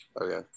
okay